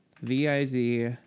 V-I-Z